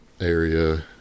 area